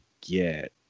get